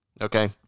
okay